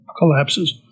collapses